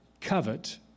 covet